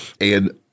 And-